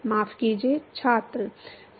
माफ़ कीजिए